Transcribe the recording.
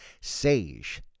Sage